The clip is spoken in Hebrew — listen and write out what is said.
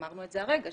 אמרנו את זה הרגע,